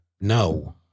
No